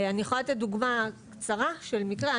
אני יכולה לתת דוגמה קצרה של מקרה,